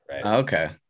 Okay